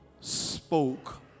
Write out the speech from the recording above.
spoke